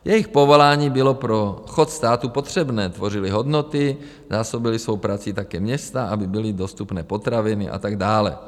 Jejich povolání bylo pro chod státu potřebné, tvořili hodnoty, zásobili svou prací také města, aby byly dostupné potraviny a tak dále.